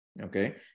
Okay